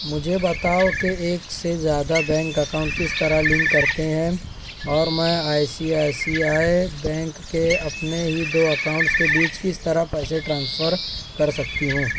مجھے بتاؤ کہ ایک سے زیادہ بینک اکاؤنٹ کس طرح لنک کرتے ہیں اور میں I C I C I bank کے اپنے ہی دو اکاؤنٹس کے بیچ کس طرح پیسے ٹرانسفر کر سکتی ہوں